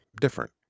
different